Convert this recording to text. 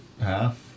half